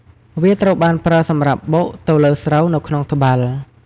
វាត្រូវបានប្រើសម្រាប់បុកទៅលើស្រូវនៅក្នុងត្បាល់។